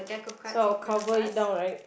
so I'll cover it down right